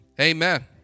amen